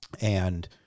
And-